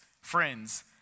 friends